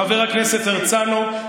חבר הכנסת הרצנו,